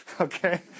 Okay